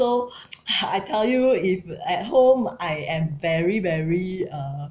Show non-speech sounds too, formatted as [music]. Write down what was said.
so [noise] I tell you if you at home I am very very uh